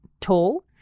tall